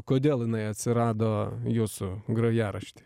kodėl jinai atsirado jūsų grojarašty